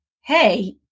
hey